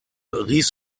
rief